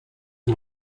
who